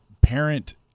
parent